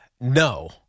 No